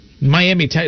Miami